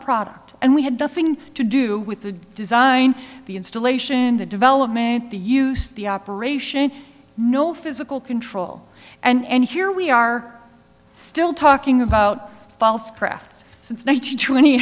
product and we had nothing to do with the design the installation the development the use the operation no physical control and here we are still talking about false crafts since ninety two